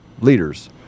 leaders